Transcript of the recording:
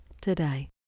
today